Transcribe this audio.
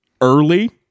early